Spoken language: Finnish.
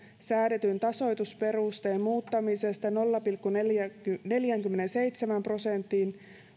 säädetyn tasoitusperusteen muuttamisesta nolla pilkku neljäänkymmeneenseitsemään prosenttiin